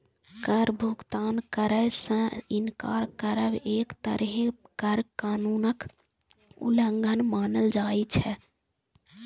कर भुगतान करै सं इनकार करब एक तरहें कर कानूनक उल्लंघन मानल जाइ छै